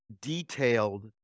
detailed